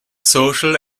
social